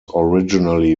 originally